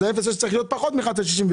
ה-0.6 צריך להיות פחות מ-11.66 שקלים.